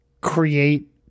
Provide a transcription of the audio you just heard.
create